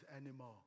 anymore